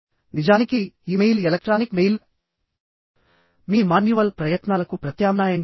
నిజానికిఇమెయిల్ electronic mail మీ manual ప్రయత్నాలకు ప్రత్యామ్నాయంగా ఉంది